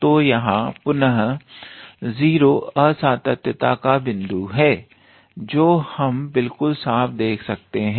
तो यहां पुनः 0 असांतत्यता का बिंदु है जो हम बिल्कुल साफ देख सकते हैं